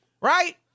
Right